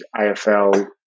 AFL